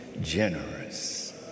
generous